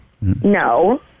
No